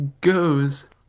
goes